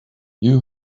you